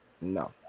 No